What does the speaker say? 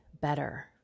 better